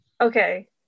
Okay